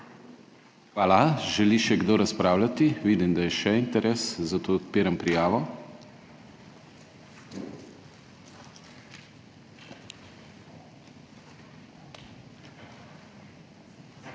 Hvala. Želi še kdo razpravljati? Vidim, da je še interes, zato odpiram prijavo.